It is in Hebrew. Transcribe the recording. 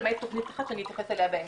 למעט תכנית אחת, שאני אתייחס אליה בהמשך.